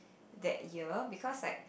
that year because like